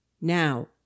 Now